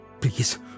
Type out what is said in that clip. please